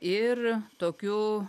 ir tokiu